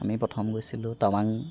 আমি প্ৰথম গৈছিলোঁ টাৱাং